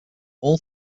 all